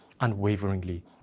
unwaveringly